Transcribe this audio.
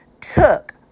took